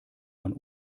man